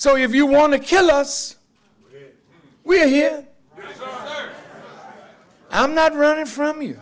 so if you want to kill us we're here i'm not running from you